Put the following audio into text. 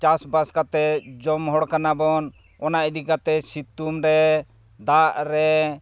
ᱪᱟᱥᱵᱟᱥ ᱠᱟᱛᱮᱫ ᱡᱚᱢ ᱦᱚᱲ ᱠᱟᱱᱟᱵᱚᱱ ᱚᱱᱟ ᱤᱫᱤ ᱠᱟᱛᱮᱫ ᱥᱤᱛᱩᱝ ᱨᱮ ᱫᱟᱜ ᱨᱮ